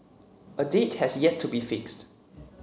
a date has yet to be fixed